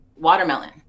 watermelon